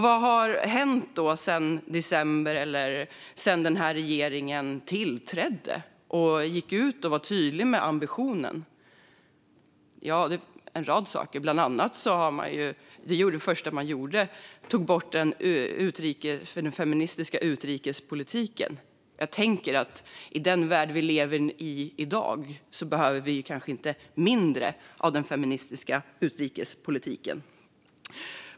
Vad har då hänt sedan december, eller sedan regeringen tillträdde och tydligt gick ut med denna ambition? Det är en rad saker. Bland annat tog regeringen som det första man gjorde bort den feministiska utrikespolitiken. Jag tänker att i den värld vi i dag lever behöver vi kanske inte mindre av den feministiska utrikespolitiken.